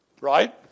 right